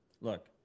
look